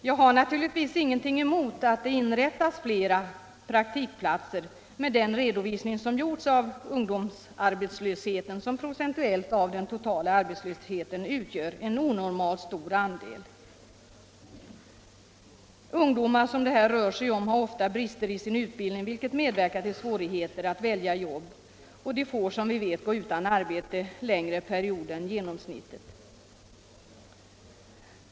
Jag har naturligtvis ingenting emot att det inrättas fler praktikplatser med tanke på den redovisning som gjorts i fråga om ungdomsarbetslösheten, som procentuellt utgör en onormalt stor andel av den totala arbetslösheten. De ungdomar som det här rör sig om har ofta brister i sin utbildning, vilket medverkar till svårigheter att välja jobb, och de får, som vi vet, gå utan arbete längre perioder än genomsnittet.